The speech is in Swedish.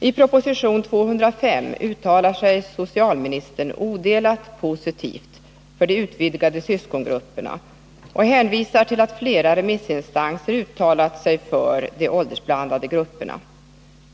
I proposition 1980/81:205 uttalar sig socialministern odelat positivt för de utvidgade syskongrupperna och hänvisar till att flera remissinstanser uttalat sig för de åldersblandade grupperna.